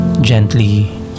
gently